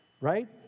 right